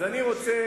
הוא לא משיב לי.